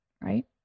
Right